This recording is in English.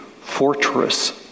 fortress